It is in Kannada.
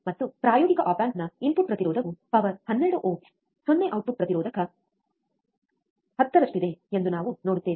ಮತ್ತು ಪ್ರಾಯೋಗಿಕ ಆಪ್ ಆಂಪ್ನ ಇನ್ಪುಟ್ ಪ್ರತಿರೋಧವು ಪವರ್ 12 ಓಮ್ಸ್ 0 ಔಟ್ಪುಟ್ ಪ್ರತಿರೋಧಕ್ಕೆ 10 ರಷ್ಟಿದೆ ಎಂದು ನಾವು ನೋಡುತ್ತೇವೆ